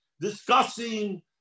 discussing